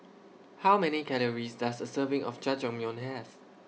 How Many Calories Does A Serving of Jajangmyeon Have